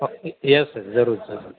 okay yes sir जरूर जरूर